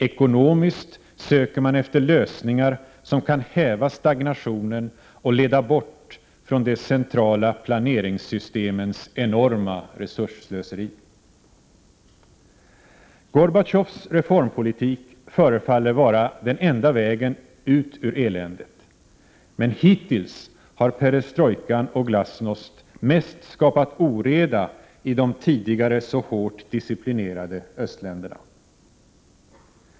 Ekonomiskt söker man efter lösningar som kan häva stagnationen och leda bort från de centrala planeringssystemens enorma resursslöseri. Gorbatjovs reformpolitik förefaller vara den enda vägen ur eländet, men Prot. 1988/89:30 hittills har perestrojka och glasnost mest skapat oreda i de tidigare så hårt 23 november 1988 disciplinerade östländerna.